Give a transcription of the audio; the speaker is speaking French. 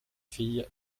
fille